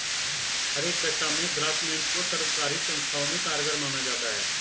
हर एक दशा में ग्रास्मेंट को सर्वकारी संस्थाओं में कारगर माना जाता है